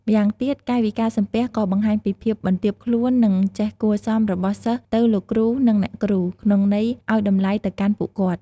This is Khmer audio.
ម្យ៉ាងទៀត កាយវិការសំពះក៏បង្ហាញពីភាពបន្ទាបខ្លួននិងចេះគួរសមរបស់សិស្សទៅលោកគ្រូ និងអ្នកគ្រូ ក្នុងន័យអោយតម្លៃទៅកាន់ពួកគាត់។